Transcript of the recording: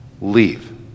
leave